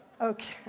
okay